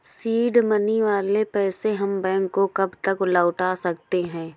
Seed money वाले पैसे हम बैंक को कब तक लौटा सकते हैं?